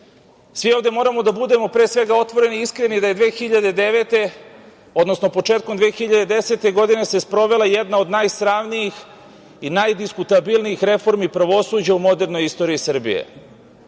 ovde moramo da budemo, pre svega, otvoreni i iskreni da je 2009. godine, odnosno početkom 2010. godine se sprovela jedna od najsramnijih i najdiskutabilnijih reformi pravosuđa u modernoj istoriji Srbije.U